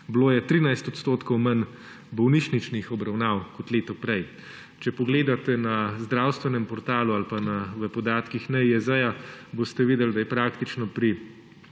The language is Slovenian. Bilo je 13 % manj bolnišničnih obravnav kot leto prej. Če pogledate na zdravstvenem portalu ali pa v podatkih NIJZ, boste videli, da je praktično pri